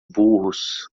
burros